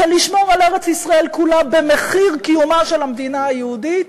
של לשמור על ארץ-ישראל כולה במחיר קיומה של המדינה היהודית